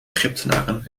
egyptenaren